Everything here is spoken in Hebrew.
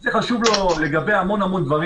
זה חשוב לו לגבי המון דברים.